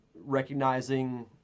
recognizing